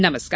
नमस्कार